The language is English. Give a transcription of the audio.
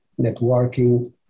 networking